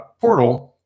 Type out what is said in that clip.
portal